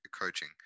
coaching